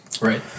Right